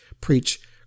preach